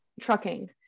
trucking